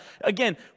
again